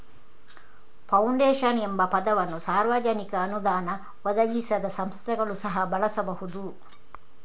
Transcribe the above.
foundation ಎಂಬ ಪದವನ್ನು ಸಾರ್ವಜನಿಕ ಅನುದಾನ ಒದಗಿಸದ ಸಂಸ್ಥೆಗಳು ಸಹ ಬಳಸಬಹುದು